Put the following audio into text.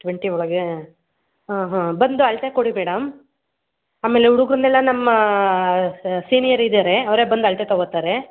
twenty ಒಳಗೇ ಹಾಂ ಹಾಂ ಬಂದು ಅಳತೆ ಕೊಡಿ ಮೇಡಮ್ ಆಮೇಲೆ ಹುಡುಗ್ರನ್ನೆಲ್ಲ ನಮ್ಮ ಸೀನಿಯರ್ ಇದ್ದಾರೆ ಅವರೇ ಬಂದು ಅಳತೆ ತಗೋತಾರೆ